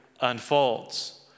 unfolds